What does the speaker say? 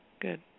Good